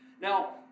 Now